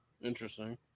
Interesting